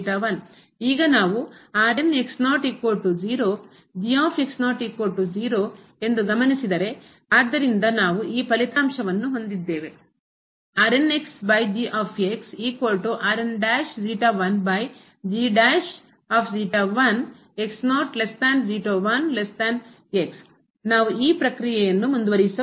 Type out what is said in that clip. ಈಗ ನಾವು ಮತ್ತು ಎಂದು ಗಮನಿಸಿದರೆ ಆದ್ದರಿಂದ ನಾವು ಈ ಫಲಿತಾಂಶವನ್ನು ಹೊಂದಿದ್ದೇವೆ ನಾವು ಈ ಪ್ರಕ್ರಿಯೆಯನ್ನು ಮುಂದುವರಿಸಬಹುದು